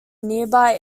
nearby